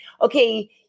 okay